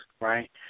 right